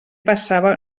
passava